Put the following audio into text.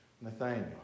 Nathaniel